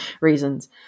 reasons